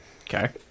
Okay